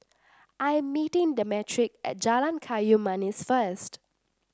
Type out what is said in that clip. I am meeting Demetric at Jalan Kayu Manis first